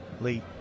Lee